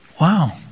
Wow